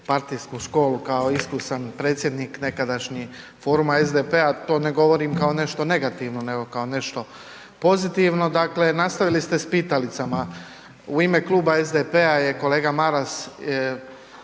partijsku školu kao iskusan predsjednik nekadašnji foruma SDP-a. To ne govorim kao nešto negativno, nego kao nešto pozitivno, dakle nastavili ste s pitalicama. U ime Kluba SDP-a je kolega Maras